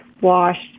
Washed